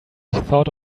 thought